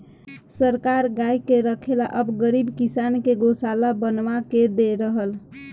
सरकार गाय के रखे ला अब गरीब किसान के गोशाला बनवा के दे रहल